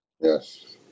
Yes